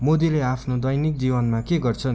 मोदीले आफ्नो दैनिक जीवनमा के गर्छन्